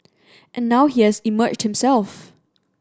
and now he has emerged himself